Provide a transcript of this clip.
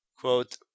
quote